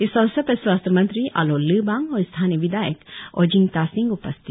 इस अवसर पर स्वास्थ्य मंत्री आलो लिबांग और स्थानीय विधायक ओजिंग तासिंग उपस्थित थे